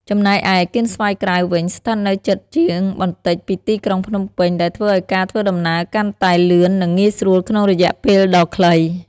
ចំណែកឯ កៀនស្វាយក្រៅ វិញ ស្ថិតនៅជិតជាងបន្តិចពីទីក្រុងភ្នំពេញ ដែលធ្វើឲ្យការធ្វើដំណើរកាន់តែលឿននិងងាយស្រួលក្នុងរយៈពេលដ៏ខ្លី។